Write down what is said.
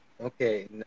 Okay